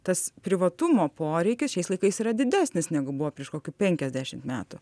tas privatumo poreikis šiais laikais yra didesnis negu buvo prieš kokių penkiasdešimt metų